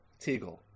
Teagle